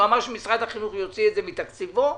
ואמר שמשרד החינוך יוציא את זה מתקציבו.